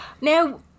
Now